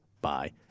bye